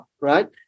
right